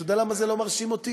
אתה יודע למה זה לא מרשים אותי?